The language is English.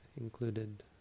included